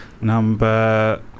Number